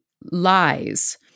lies